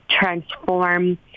transform